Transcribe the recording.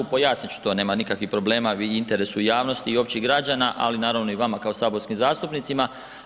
Pojasnit ću to nema nikakvih problema i u interesu javnosti i opće građana, ali naravnao i vama kao saborskim zastupnicima.